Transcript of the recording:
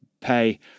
pay